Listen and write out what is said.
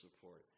support